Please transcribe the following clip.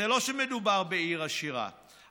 וזה לא שמדובר בעיר עשירה,